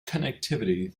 connectivity